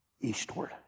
eastward